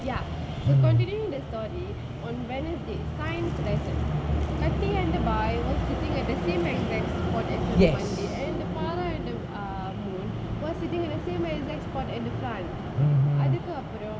ya so continuing the story on wednesday science lesson katti and bai were sitting at the same corner one day and the farah and the uh moon were sitting at the same exact spot and they can't அதுக்கப்பறம்:athukkapparam